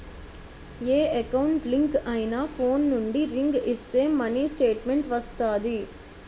ఏ account link అయినా phone నుండి ring ఇస్తే మినీ స్టేట్మెంట్ వస్తాది